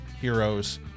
heroes